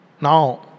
Now